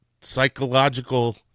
psychological